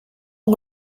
ont